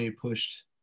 pushed